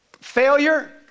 failure